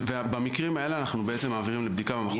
ובמקרים האלה אנחנו בעצם מעבירים לבדיקה במכון.